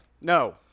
No